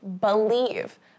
believe